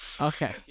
Okay